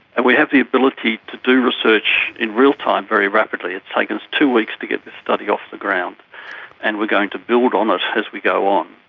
and we have the ability to do research in real-time very rapidly. it's taken us two weeks to get this study off the ground and we are going to build on it as we go on.